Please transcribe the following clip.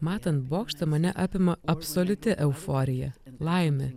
matant bokštą mane apima absoliuti euforija laimė